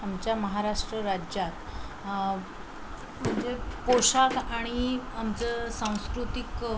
आमच्या महाराष्ट्र राज्यात म्हणजे पोशाख आणि आमचं सांस्कृतिक